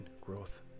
growth